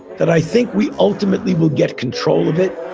that i think we ultimately will get control of it.